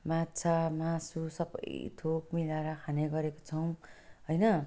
माछा मासु सब थोक मिलाएर खाने गरेको छौँ होइन